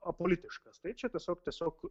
apolitiškas tai čia tiesiog tiesiog